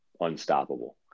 unstoppable